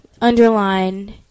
underlined